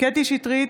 קטי קטרין שטרית,